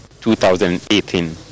2018